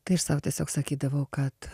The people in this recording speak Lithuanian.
tai aš sau tiesiog sakydavau kad